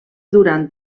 durant